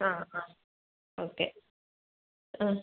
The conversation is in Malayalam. ആ ആ ഓക്കെ ആ